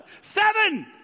Seven